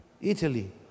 Italy